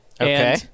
Okay